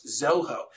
Zoho